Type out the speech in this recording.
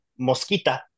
Mosquita